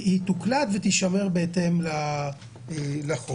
תוקלט ותישמר בהתאם לחוק.